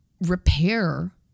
repair